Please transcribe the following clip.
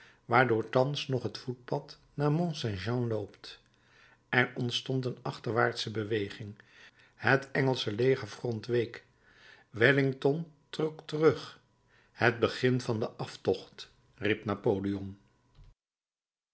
waardoor thans nog het voetpad naar mont saint jean loopt er ontstond een achterwaartsche beweging het engelsche legerfront week wellington trok terug het begin van den aftocht riep napoleon